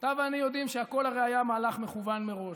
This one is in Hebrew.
אתה ואני יודעים שהכול הרי היה מהלך מכוון מראש,